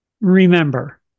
remember